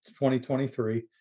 2023